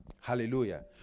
hallelujah